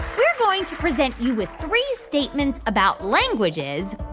we're going to present you with three statements about languages.